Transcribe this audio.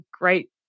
great